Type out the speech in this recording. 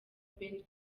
beni